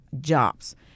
jobs